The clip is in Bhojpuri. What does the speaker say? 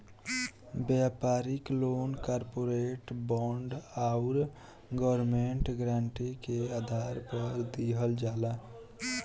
व्यापारिक लोन कॉरपोरेट बॉन्ड आउर गवर्नमेंट गारंटी के आधार पर दिहल जाला